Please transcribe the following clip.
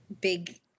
big